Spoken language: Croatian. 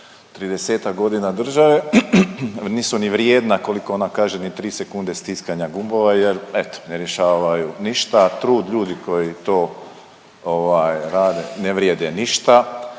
30-ak godina države, nisu ni vrijedna, koliko ona kaže, ni 3 sekunde stiskanja gumbova jer eto, ne rješavaju ništa, trud ljudi koji to ovaj rade, ne vrijede ništa,